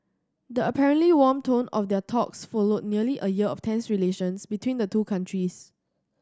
the apparently warm tone of their talks followed nearly a year of tense relations between the two countries